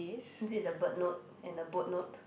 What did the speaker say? did the bird note and the boat note